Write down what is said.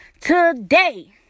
today